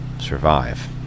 survive